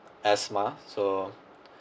asthma so